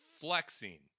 flexing